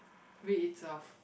wait it's a